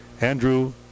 Andrew